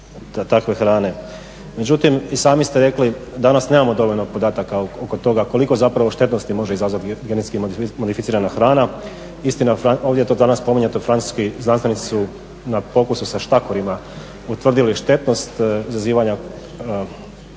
takve hrane. Međutim, i sami ste rekli da nas nemamo dovoljno podataka oko toga koliko zapravo štetnosti može izazvati genetski modificirana hrana. Istina ovdje to danas spominjete u, francuski znanstvenici su na pokusu sa štakorima utvrdili štetnost izazivanja tumora.